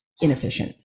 inefficient